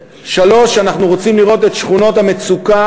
3. אנחנו רוצים לראות את שכונות המצוקה,